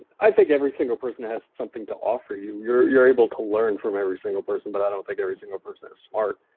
i think every single person has something to offer you. you're you're able to learn from every single person. but i don't think every single person is smart.